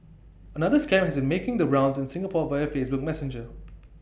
another scam has making the rounds in Singapore via Facebook Messenger